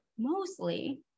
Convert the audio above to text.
Mostly